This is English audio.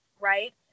right